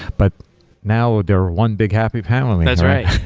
but now they're one big happy family. that's right.